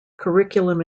curriculum